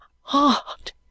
heart